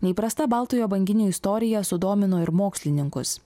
neįprasta baltojo banginio istorija sudomino ir mokslininkus